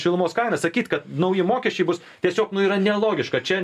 šilumos kainą sakyt kad nauji mokesčiai bus tiesiog nu yra nelogiška čia